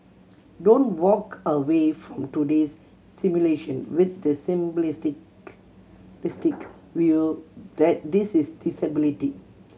don't walk away from today's simulation with the simplistic view that this is disability